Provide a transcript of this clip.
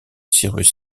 cyrus